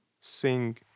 sing